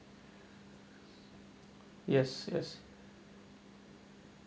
yes yes